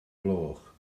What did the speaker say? gloch